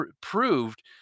proved